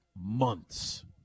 months